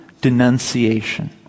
denunciation